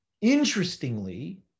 interestingly